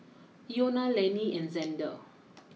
Iona Lanny and Xander